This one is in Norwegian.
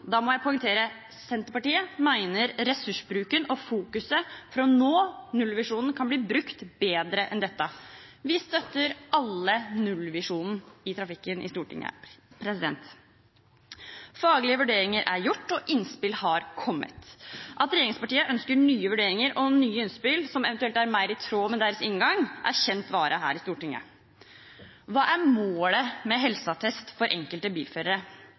Da må jeg poengtere: Senterpartiet mener ressursbruken og fokuset på å nå nullvisjonen kan bli brukt bedre enn dette. Vi støtter alle nullvisjonen i trafikken i Stortinget. Faglige vurderinger er gjort, og innspill har kommet. At regjeringspartiene ønsker nye vurderinger og nye innspill som eventuelt er mer i tråd med deres inngang, er kjent vare her i Stortinget. Hva er målet med helseattest for enkelte